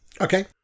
Okay